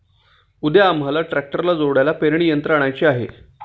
उद्या आम्हाला ट्रॅक्टरला जोडायला पेरणी यंत्र आणायचे आहे